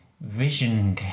vision